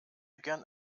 gerne